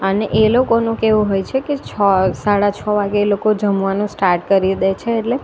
અને એ લોકોનું કેવું હોય છે કે છ સાડા છ વાગે એ લોકો જમવાનું સ્ટાર્ટ કરી દે છે એટલે